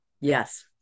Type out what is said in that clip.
Yes